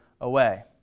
away